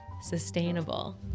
sustainable